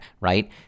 right